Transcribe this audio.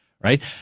Right